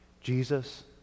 Jesus